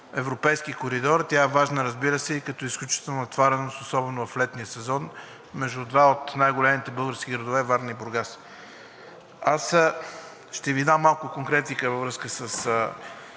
европейски коридор, тя е важна, разбира се, и като изключителна натовареност, особено в летния сезон, между два от най-големите български градове – Варна и Бургас. Аз ще Ви дам малко конкретика във връзка с